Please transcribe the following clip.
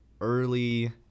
early